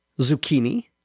zucchini